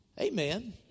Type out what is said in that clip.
Amen